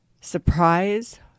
surprise